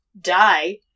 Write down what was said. die